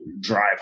drive